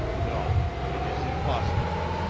non, it is impossible!